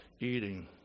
eating